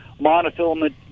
monofilament